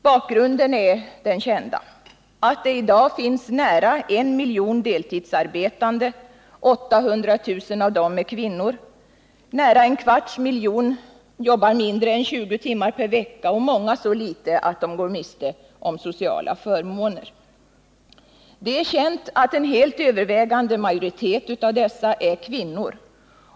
Bakgrunden är den kända — att det i dag finns nära en miljon deltidsarbetande. 800 000 av dem är kvinnor. Nära en kvarts miljon jobbar mindre än 20 timmar per vecka och många så litet att de går miste om sociala förmåner. Det är känt att en helt överväldigande majoritet av dessa är kvinnor.